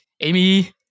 Amy